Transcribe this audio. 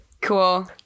cool